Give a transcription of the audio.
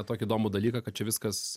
tokį įdomų dalyką kad čia viskas